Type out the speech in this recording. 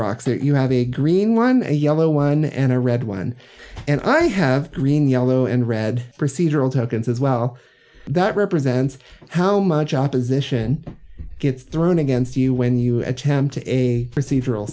rocks or you have a green one a yellow one and a red one and i have green yellow and red procedural tokens as well that represents how much opposition gets thrown against you when you attempt to a procedural